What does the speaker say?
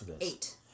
Eight